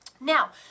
now